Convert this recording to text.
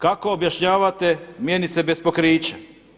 Kako objašnjavate mjenice bez pokrića?